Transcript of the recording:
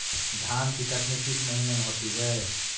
धान की कटनी किस महीने में होती है?